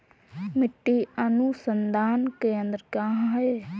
मिट्टी अनुसंधान केंद्र कहाँ है?